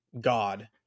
God